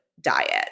diet